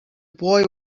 boy